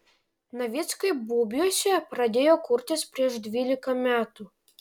navickai bubiuose pradėjo kurtis prieš dvylika metų